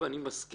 קושי, אני מסכים.